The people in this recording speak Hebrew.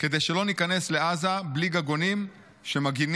כדי שלא ניכנס לעזה בלי גגונים שמגינים